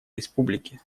республики